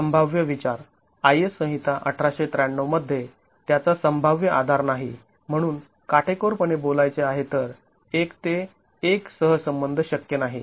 संभाव्य विचार IS संहिता १८९३ मध्ये त्याचा संभाव्य आधार नाही म्हणून काटेकोरपणे बोलायचे आहे तर एक ते एक सहसंबंध शक्य नाही